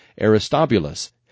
Aristobulus